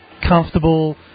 comfortable